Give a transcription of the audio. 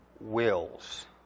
wills